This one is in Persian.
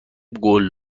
قول